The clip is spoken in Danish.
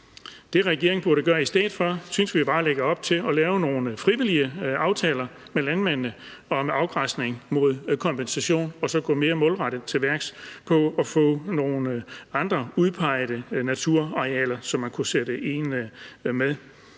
regeringen burde gøre i stedet for, var at lave nogle frivillige aftaler med landmændene om afgræsning mod kompensation og så gå mere målrettet til værks i forhold til at få nogle andre udpegede naturarealer, som man kunne sætte ind med.